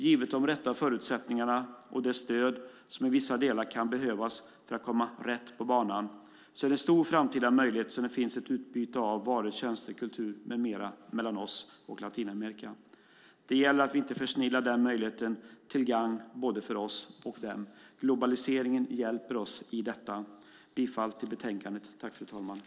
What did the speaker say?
Givet de rätta förutsättningar och det stöd som i vissa delar kan behövas för att komma rätt på banan är det en stor framtida möjlighet som finns i ett utbyte av varor, tjänster, kultur med mera mellan oss och Latinamerika. Det gäller att vi inte försnillar den möjligheten, till gagn för både oss och dem. Globaliseringen hjälper oss i detta. Jag yrkar bifall till utskottets förslag i betänkandet.